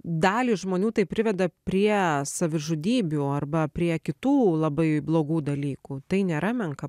dalį žmonių tai priveda prie savižudybių arba prie kitų labai blogų dalykų tai nėra menka